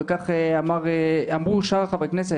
וכך אמרו גם שאר חברי הכנסת,